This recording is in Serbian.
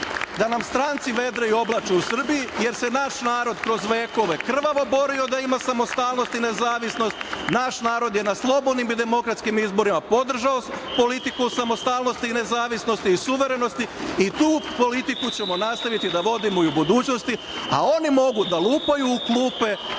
da nam stranci vedre i oblače u Srbiji, jer se naš narod kroz vekove krvavo borio da ima samostalnost i nezavisnost. Naš narod je na slobodnim i demokratskim izborima podržao politiku samostalnosti i nezavisnosti i suverenosti i tu politiku ćemo nastaviti da vodimo i u budućnosti, a oni mogu da lupaju u klupe,